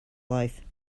life